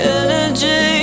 energy